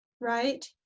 right